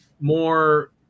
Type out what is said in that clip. more